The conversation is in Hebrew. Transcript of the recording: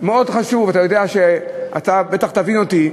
מאוד חשוב, אתה יודע, ואתה בטח תבין אותי,